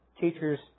teacher's